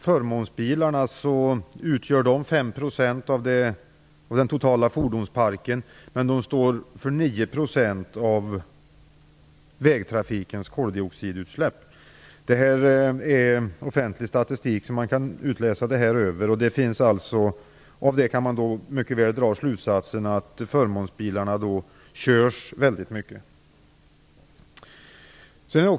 Förmånsbilarna utgör 5 % av den totala fordonsparken men står för 9 % av vägtrafikens koldioxidutsläpp. Detta kan man utläsa av offentlig statistik, och man kan också mycket väl dra slutsatsen att förmånsbilarna körs mycket.